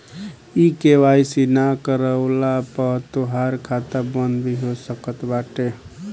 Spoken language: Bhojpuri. के.वाई.सी नाइ करववला पअ तोहार खाता बंद भी हो सकत बाटे